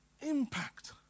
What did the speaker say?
impact